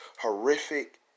horrific